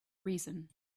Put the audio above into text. reason